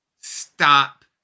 stop